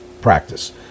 practice